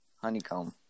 honeycomb